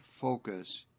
focus